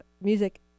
music